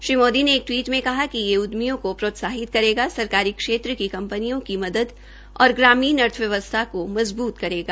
श्री मोदी ने एक टवीट में कहा कि ये उद्यमियों प्रोत्साहित करेगा सरकारी क्षेत्र की कंपनियों की मदद और ग्रामीण अर्थव्यवस्था को मजबूत करेगा